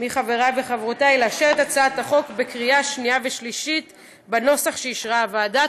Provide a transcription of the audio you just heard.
מחבריי וחברותיי לאשר אותה בקריאה שנייה ושלישית בנוסח שאישרה הוועדה.